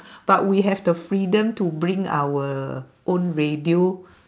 but we have the freedom to bring our own radio